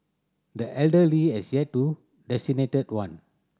the elder Lee has yet to designate one